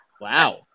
Wow